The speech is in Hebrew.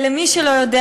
למי שלא יודע,